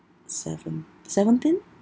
seven seventeen